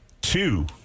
two